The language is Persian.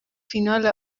فینال